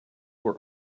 were